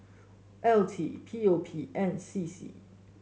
L T P O P and C C